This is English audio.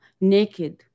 naked